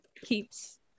keeps